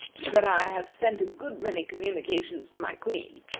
that i have sent a good many communications to my queen,